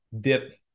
dip